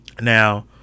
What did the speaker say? Now